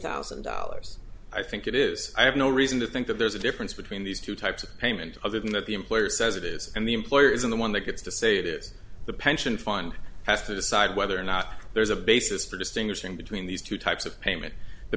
thousand dollars i think it is i have no reason to think that there's a difference between these two types of payment other than that the employer says it is and the employer isn't the one that gets to say it is the pension fund has to decide whether or not there's a basis for distinguishing between these two types of payment the